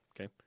okay